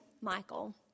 Michael